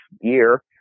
year